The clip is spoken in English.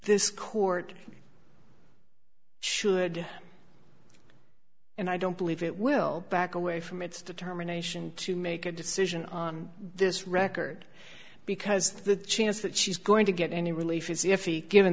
this court should and i don't believe it will back away from its determination to make a decision on this record because the chance that she's going to get any relief